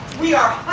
we. are.